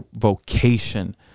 vocation